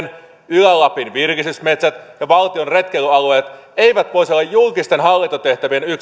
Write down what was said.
ylä lapin virkistysmetsät ja valtion retkeilyalueet eivät voisi olla julkisten hallintotehtävien